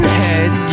head